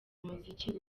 umuziki